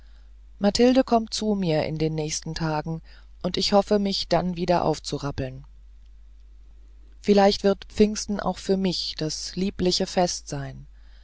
mathilde kommt zu mir in den nächsten tagen und ich hoffe mich dann wieder aufzurappeln vielleicht wird pfingsten auch für mich das liebliche fest sein